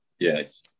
Yes